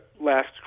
last